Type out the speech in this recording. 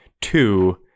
Two